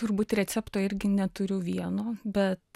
turbūt recepto irgi neturiu vieno bet